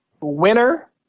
winner